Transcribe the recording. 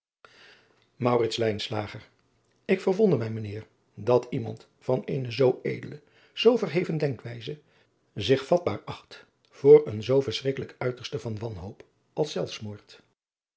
ik verwonder mij mijn heer dat iemand van eene zoo edele zoo verheven denkwijze zich vatbaar acht voor een zoo verschrikkelijk uiterste van wanhoop als